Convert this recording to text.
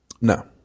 No